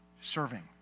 serving